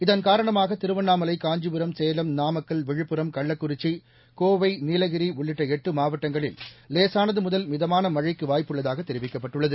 இதன் காரணமாக திருவண்ணாமலை காஞ்சிபுரம் சேலம் நாமக்கல் விழுப்புரம் கள்ளக்குறிச்சி கோவை நீலகிரி உள்ளிட்ட எட்டு மாவட்டங்களில் லேசானது முதல் மிதமான மழைக்கு வாய்ப்புள்ளதாக தெரிவிக்கப்பட்டுள்ளது